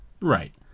right